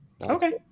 Okay